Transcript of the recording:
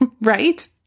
right